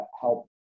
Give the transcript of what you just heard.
help